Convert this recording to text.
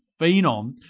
phenom